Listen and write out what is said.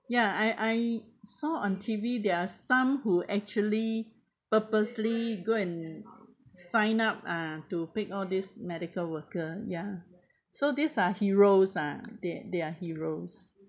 ya I I saw on T_V there are some who actually purposely go and sign up ah to pick all these medical worker ya so these are heroes ah they they are heroes